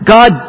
God